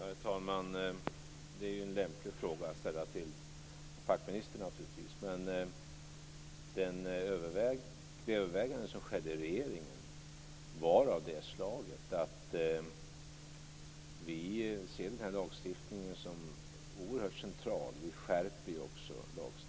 Herr talman! Det är naturligtvis en lämplig fråga att ställa till fackministern. Det övervägande som skedde i regeringen var av det slaget att vi ser den här lagstiftningen som oerhört central. Vi skärper ju också lagstiftningen.